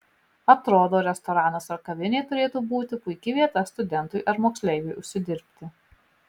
atrodo restoranas ar kavinė turėtų būti puiki vieta studentui ar moksleiviui užsidirbti